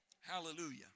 Hallelujah